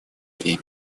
время